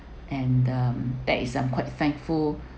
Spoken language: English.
and um that is I'm quite thankful